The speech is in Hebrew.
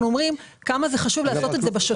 אומרים כמה זה חשוב לעשות את זה בשוטף.